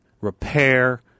repair